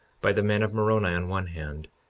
by the men of moroni on one hand,